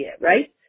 right